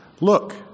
Look